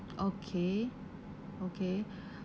okay okay